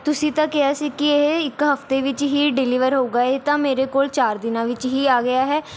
ਤੁਸੀਂ ਤਾਂ ਕਿਹਾ ਸੀ ਕਿ ਇਹ ਇੱਕ ਹਫ਼ਤੇ ਵਿੱਚ ਹੀ ਡਿਲੀਵਰ ਹੋਊਗਾ ਇਹ ਤਾਂ ਮੇਰੇ ਕੋਲ ਚਾਰ ਦਿਨਾਂ ਵਿੱਚ ਹੀ ਆ ਗਿਆ ਹੈ